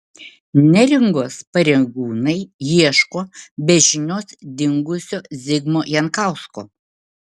neringos pareigūnai ieško be žinios dingusio zigmo jankausko